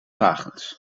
wagens